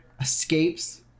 escapes